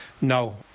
No